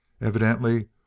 Evidently